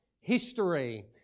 history